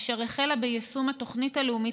אשר החלה ביישום התוכנית הלאומית